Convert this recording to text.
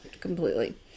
completely